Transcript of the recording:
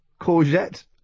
courgette